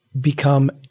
become